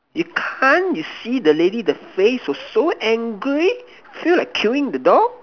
you can't you see the lady the face was so angry feel like killing the dog